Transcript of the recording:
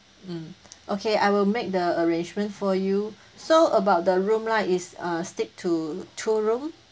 mm okay I will make the arrangement for you so about the room right is uh stick to two room